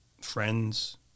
Friends